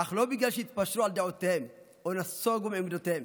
אך לא בגלל שהתפשרו על דעותיהם או נסוגו מעמדותיהם,